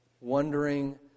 Wondering